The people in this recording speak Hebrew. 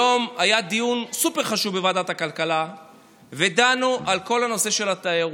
היום היה דיון סופר-חשוב בוועדת הכלכלה ודנו על כל הנושא של התיירות.